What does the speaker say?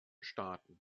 staaten